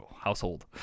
household